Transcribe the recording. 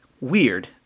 weird